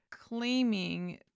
claiming